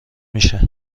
میشه